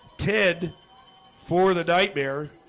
ted for the nightmare